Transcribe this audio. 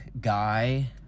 guy